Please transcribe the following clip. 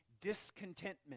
discontentment